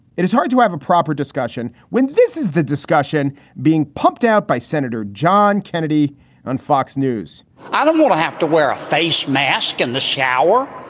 it is hard to have a proper discussion when this is the discussion being pumped out by senator john kennedy on fox news i don't want to have to wear a face mask in the shower.